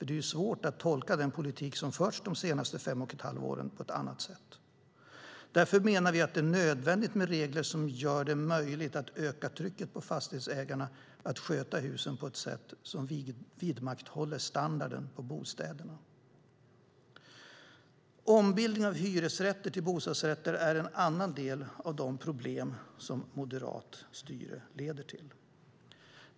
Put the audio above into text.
Det är svårt att tolka den politik som förts de senaste fem och ett halvt åren på annat sätt. Därför menar vi att det är nödvändigt med regler som gör det möjligt att öka trycket på fastighetsägarna att sköta husen på ett sätt som vidmakthåller standarden på bostäderna. Ombildning av hyresrätter till bostadsrätter är en annan del av de problem som moderat styre leder till.